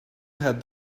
had